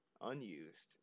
unused